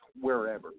wherever